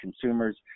consumers